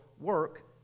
work